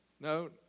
No